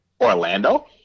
Orlando